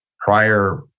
prior